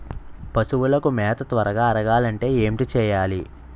పశువులకు మేత త్వరగా అరగాలి అంటే ఏంటి చేయాలి?